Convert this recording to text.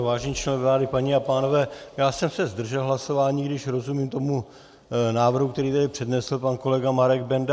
Vážení členové vlády, paní a pánové, já jsem se zdržel hlasování, i když rozumím tomu návrhu, který tady přednesl pan kolega Marek Benda.